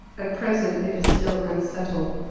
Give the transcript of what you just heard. at present it is still unsettled.